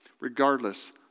regardless